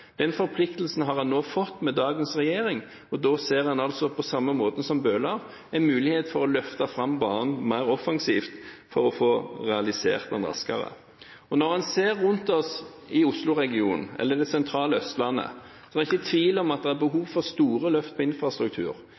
den. Den forpliktelsen har man nå fått med dagens regjering. Da ser en, på samme måte som Bøhler, en mulighet for å løfte fram banen mer offensivt for å få realisert den raskere. Når vi ser rundt oss i Oslo-regionen eller på det sentrale Østlandet, er det ikke tvil om at det er behov for store løft på infrastruktur,